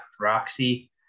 Roxy